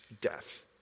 death